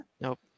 Nope